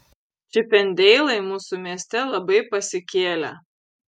čipendeilai mūsų mieste labai pasikėlę